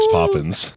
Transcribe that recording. Poppins